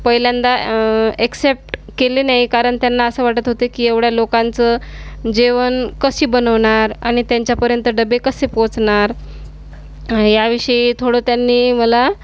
पहिल्यांदा ॲक्सेप्ट केले नाही कारण त्यांना असं वाटत होतं की एवढ्या लोकांचं जेवण कशी बनवणार आणि त्यांच्यापर्यंत डबे कसे पोचणार याविषयी थोडं त्यांनी मला